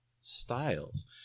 styles